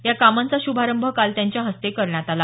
या कामांचा शुभारंभ काल त्यांच्या हस्ते झाला